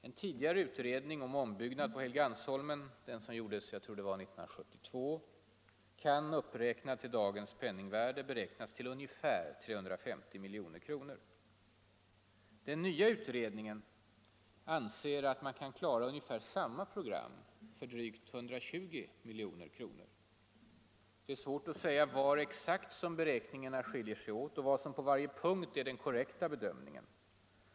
En tidigare utredning om ombyggnad på Helgeandsholmen — den som gjordes 1972 — kan uppräknad till dagens penningvärde beräknas till ungefär 350 milj.kr. Den nya utredningen anser att man kan klara ungefär samma program för drygt 120 milj.kr. Det är svårt att säga var exakt som beräkningarna skiljer sig åt och vad som på varje punkt är den korrekta bedömningen.